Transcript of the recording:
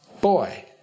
boy